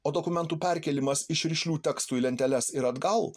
o dokumentų perkėlimas iš rišlių tekstų į lenteles ir atgal